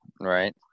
Right